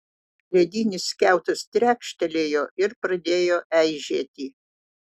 ledinis kiautas trekštelėjo ir pradėjo eižėti